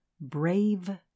Brave